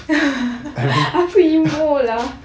aku emotional lah